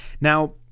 now